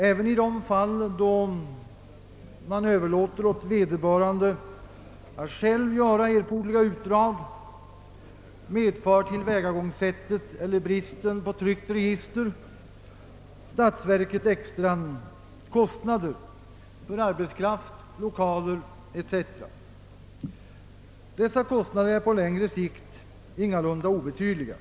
även i de fall då man överlåter åt vederbörande att själv göra erforderliga utdrag medför bristen på ett tryckt register att statsverket får extra kostnader för arbetskraft, 1okaler etc. Dessa kostnader är på längre sikt ingalunda obetydliga.